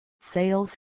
sales